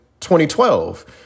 2012